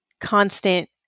constant